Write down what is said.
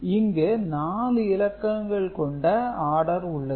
இங்கு 4 இலக்கங்கள் கொண்ட ஆடர் உள்ளது